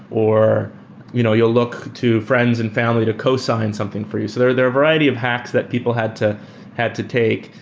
or you know you'll look to friends and family to cosign something for you. so there are a variety of hacks that people had to had to take.